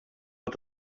but